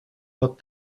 but